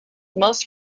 most